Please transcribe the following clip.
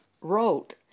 wrote